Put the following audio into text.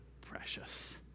precious